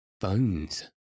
Bones